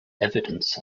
evidence